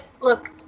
Look